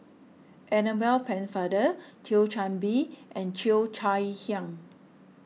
Annabel Pennefather Thio Chan Bee and Cheo Chai Hiang